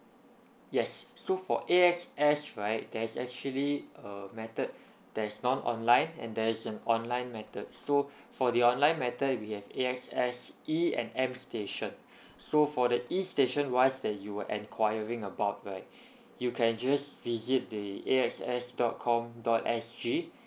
yes so for A_X_S right there is actually a method there's non online and there is an online method so for the online method we have A_X_S E and M station so for the E station wise that you were enquiring about right you can just visit the A_X_S dot com dot S_G